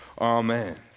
Amen